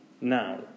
now